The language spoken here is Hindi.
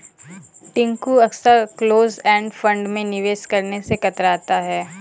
टिंकू अक्सर क्लोज एंड फंड में निवेश करने से कतराता है